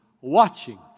watching